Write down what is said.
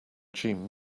jean